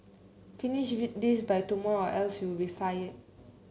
finish with this by tomorrow else you'll be fired